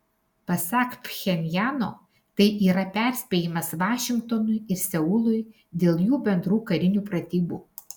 pasak pchenjano tai yra perspėjimas vašingtonui ir seului dėl jų bendrų karinių pratybų